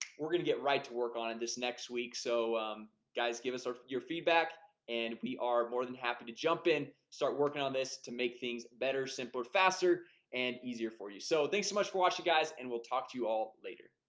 we're gonna get right to work on in this next week so guys give us sort of your feedback and we are more than happy to jump in start working on this to make things better simpler faster and easier for you, so thanks so much for watching guys, and we'll talk to you all later